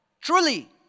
Truly